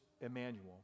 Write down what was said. Emmanuel